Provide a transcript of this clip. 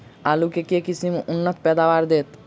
आलु केँ के किसिम उन्नत पैदावार देत?